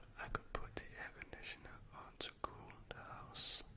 i could put the air conditioner on to cool the house.